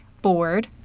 board